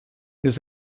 his